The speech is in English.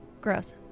Gross